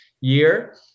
year